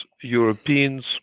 Europeans